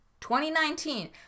2019